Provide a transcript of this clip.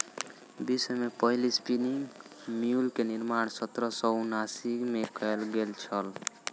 विश्व में पहिल स्पिनिंग म्यूल के निर्माण सत्रह सौ उनासी में कयल गेल छल